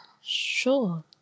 sure